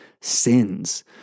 sins